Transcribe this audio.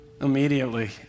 Immediately